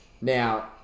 Now